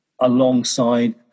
alongside